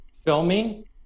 Filming